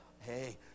Hey